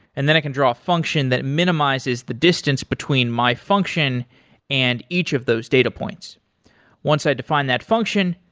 and then i can draw a function that minimizes the distance between my function and each of those data points once i define that function,